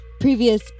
previous